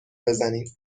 بزنیم